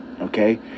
okay